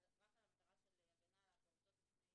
רק על המטרה של ההגנה על הפעוטות מפני